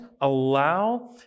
allow